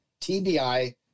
TBI